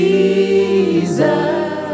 Jesus